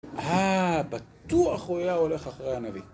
אה, בטוח הוא היה הולך אחרי הנביא.